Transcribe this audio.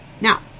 Now